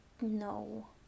no